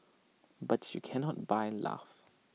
but you cannot buy love